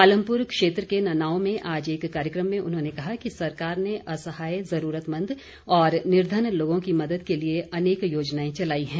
पालमपुर क्षेत्र के ननाओं में आज एक कार्यक्रम में उन्होंने कहा कि सरकार ने असहाय ज़रूरतमंद और निर्धन लोगों की मदद के लिए अनेक योजनाएं चलाई हैं